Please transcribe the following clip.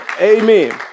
Amen